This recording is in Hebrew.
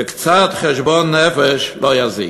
וקצת חשבון נפש לא יזיק.